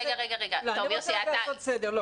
אני רוצה לעשות סדר.